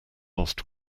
lost